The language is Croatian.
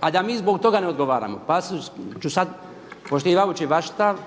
a da mi zbog toga ne odgovaramo. Pa ću sad poštivajući vaš stav